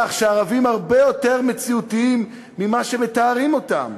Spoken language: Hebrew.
שהערבים הרבה יותר מציאותיים ממה שמתארים אותם.